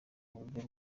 buryo